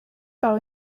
par